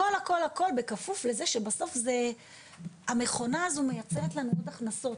הכול הכול בכפוף לזה שהמכונה הזו מייצרת לנו עוד הכנסות.